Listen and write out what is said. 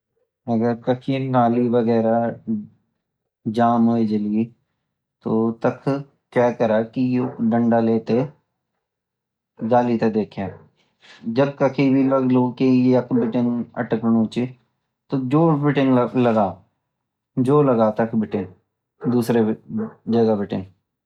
अगर कखि नाली वगेरा जान होजाली तो ताख क्या करा कियु डंडा लेते डाली ते देखा जख कखि भी लगलू की यख बीतीं अट्कनची तो जोर लगा ताख बीतीं दूसरी जगह बीतीं